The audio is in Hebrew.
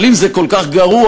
אבל אם זה כל כך גרוע,